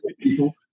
people